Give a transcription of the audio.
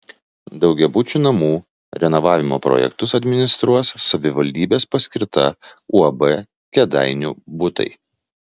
daugiabučių namų renovavimo projektus administruos savivaldybės paskirta uab kėdainių butai